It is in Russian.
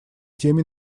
теме